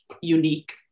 unique